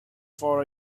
for